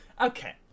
Okay